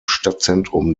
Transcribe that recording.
stadtzentrum